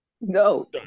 No